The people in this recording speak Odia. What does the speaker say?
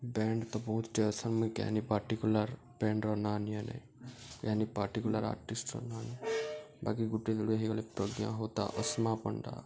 ବ୍ୟାଣ୍ଡ୍ ତ ବହୁତ୍ଟେ ଅଛନ୍ ମୁଇଁ କେହେନି ପାର୍ଟକୁୁଲାର୍ ବ୍ୟାଣ୍ଡ୍ର ନାଁ ନିଏ ନି ପାର୍ଟକୁୁଲାର୍ ଆର୍ଟିଷ୍ଟ୍ର ନାଁ ବାକି ଗୁଟେ ଯୁଡେ ହେଇଗଲେ ପ୍ରଜ୍ଞା ହୋତା ଅସୀମା ପଣ୍ଡା